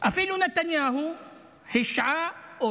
אפילו נתניהו השעה אותו,